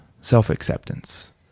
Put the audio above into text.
self-acceptance